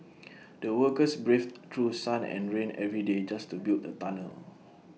the workers braved through sun and rain every day just to build the tunnel